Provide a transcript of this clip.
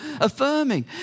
affirming